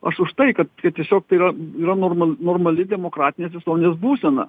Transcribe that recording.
aš už tai kad jie tiesiog tai yra yra norma normali demokratinės visuomenės būsena